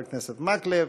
חבר הכנסת מקלב,